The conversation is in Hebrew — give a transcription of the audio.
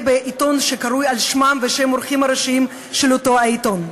בעיתון שקרוי על שמם ושהם העורכים הראשיים של אותו העיתון.